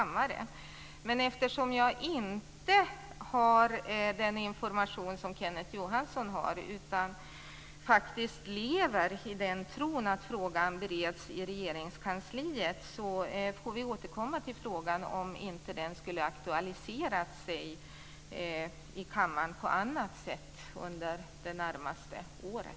Men eftersom jag inte har den information som Kenneth Johansson har, och eftersom jag faktiskt lever i tron att frågan bereds i Regeringskansliet, så får vi återkomma till frågan om den inte har aktualiserats i kammaren på något annat sätt under det närmaste året.